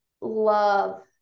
love